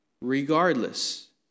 regardless